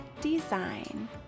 design